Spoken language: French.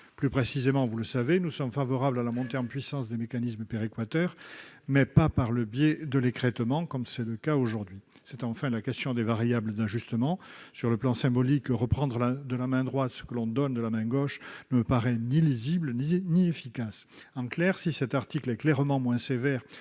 plus précisément, vous le savez, nous sommes favorables à la montée en puissance des mécanismes péréquateurs, mais non pas par le biais de l'écrêtement, comme c'est le cas aujourd'hui. Enfin, se pose la question des variables d'ajustement : sur le plan symbolique, reprendre de la main droite ce que l'on donne de la main gauche ne me paraît ni lisible ni efficace. En clair, si cet article est moins sévère